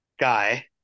guy